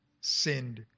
sinned